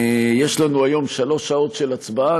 יש לנו היום שלוש שעות של הצבעה,